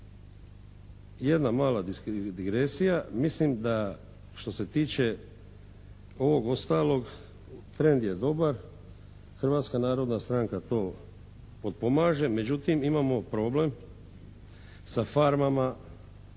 jedna mala digresija. Mislim da što se tiče ovog ostalog trend je dobar, Hrvatska narodna stranka to potpomaže, međutim imamo problem sa farmama